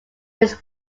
means